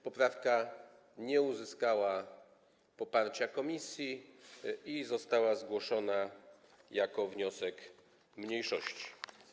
Poprawka nie uzyskała poparcia komisji i została zgłoszona jako wniosek mniejszości.